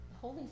Holy